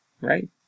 right